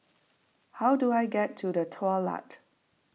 how do I get to the Daulat